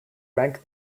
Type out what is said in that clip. rank